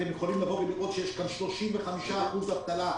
אתם יכולים לראות שיש כאן 35 אחוזים אבטלה,